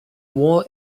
war